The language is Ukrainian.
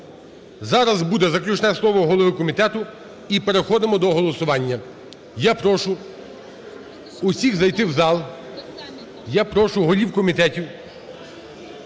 Зараз буде заключне слово голови комітету і переходимо до голосування. Я прошу всіх зайти в зал. Я прошу голів комітетів,